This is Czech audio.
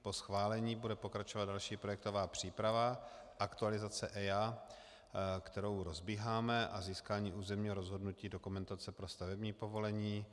Po schválení bude pokračovat další projektová příprava, aktualizace EIA, kterou rozbíháme, a získání územního rozhodnutí, dokumentace pro stavební povolení.